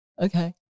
okay